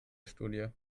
studie